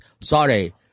Sorry